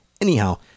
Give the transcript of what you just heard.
anyhow